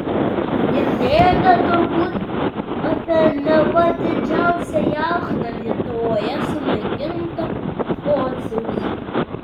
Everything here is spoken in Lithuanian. girdėjote turbūt apie neva didžiausią jachtą lietuvoje sunaikintą pociaus